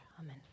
Amen